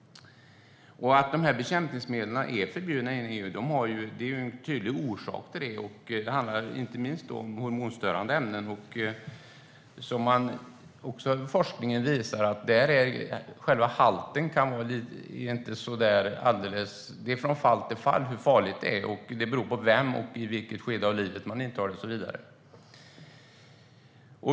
Det finns en tydlig orsak till att de är förbjudna i EU. Det handlar då inte minst om hormonstörande ämnen. Forskningen visar att det är olika från fall till fall hur farliga halterna är. Det beror på vem och i vilket skede av livet man får i sig dem och så vidare.